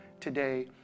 today